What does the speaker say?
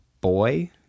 boy